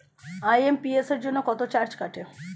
IMPS জন্য কত charge কাটে?